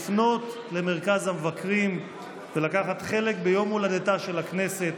לפנות למרכז המבקרים ולקחת חלק ביום הולדתה של הכנסת,